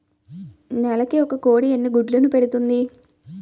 నెలకి ఒక కోడి ఎన్ని గుడ్లను పెడుతుంది?